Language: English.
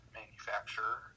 manufacturer